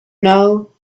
know